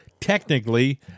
technically